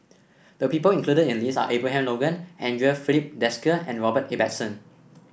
the people included in the list are Abraham Logan Andre Filipe Desker and Robert Ibbetson